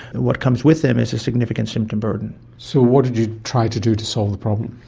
and what comes with them is a significant symptom burden. so what did you try to do to solve the problem?